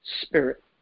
spirit